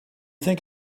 think